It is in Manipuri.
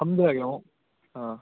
ꯊꯝꯖꯔꯒꯦ ꯑꯃꯨꯛ ꯑꯥ